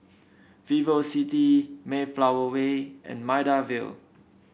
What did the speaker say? VivoCity Mayflower Way and Maida Vale